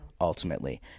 ultimately